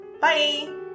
Bye